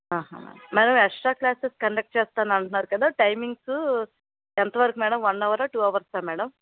ఆహా madam extra classes conduct చేస్తాను అంటున్నారు కదా టైమింగ్స్ ఎంతవరకు మేడం వన్ హావరా టు హావర్సా మేడం